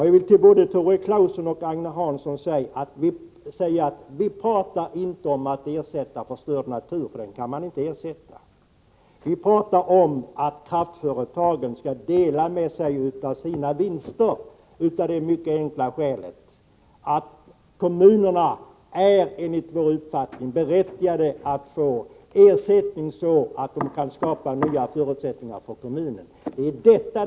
Jag vill till både Tore Claeson och Agne Hansson säga, att vi pratar inte om att ersätta förstörd natur — sådan kan man inte ersätta. Vi pratar om att kraftföretagen skall dela med sig av sina vinster, av det mycket enkla skälet att kommunerna enligt vår uppfattning är berättigade till ersättning, så att nya förutsättningar för kommunerna kan skapas.